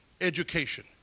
education